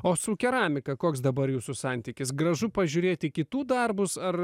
o su keramika koks dabar jūsų santykis gražu pažiūrėt į kitų darbus ar